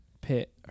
pit